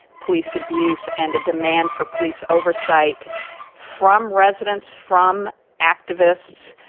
police abuse and a demand for police oversight from residents, from activists,